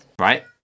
Right